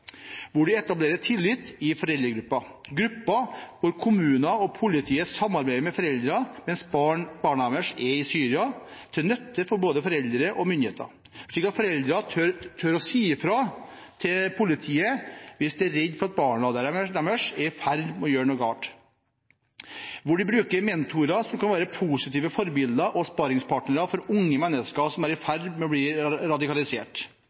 hvor de etablerer tillit i foreldregrupper – grupper hvor kommunene og politiet samarbeider med foreldrene mens barna deres er i Syria, til nytte for både foreldre og myndigheter, slik at foreldrene tør å si fra til politiet hvis de er redde for at barna deres er i ferd med å gjøre noe galt, og hvor de bruker mentorer som kan være positive forbilder og sparringspartnere for unge mennesker som er i ferd med å bli radikalisert,